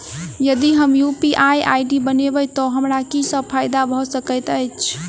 यदि हम UPI ID बनाबै तऽ हमरा की सब फायदा भऽ सकैत अछि?